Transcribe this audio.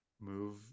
move